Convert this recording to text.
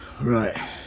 Right